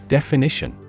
Definition